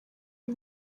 iyi